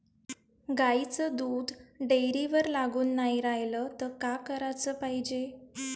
गाईचं दूध डेअरीवर लागून नाई रायलं त का कराच पायजे?